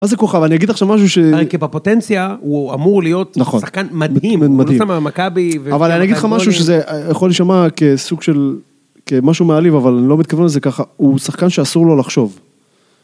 איזה כוכב, אני אגיד לך שם משהו ש... בפוטנציה הוא אמור להיות שחקן מדהים. מדהים. אבל אני אגיד לך משהו שזה יכול להישמע כסוג של... כמשהו מעליב, אבל אני לא מתכוון לזה ככה. הוא שחקן שאסור לו לחשוב.